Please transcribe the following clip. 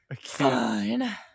fine